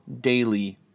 daily